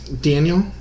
Daniel